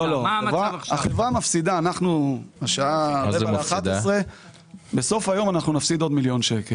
אנחנו נדבר רבות על הנושא הזה.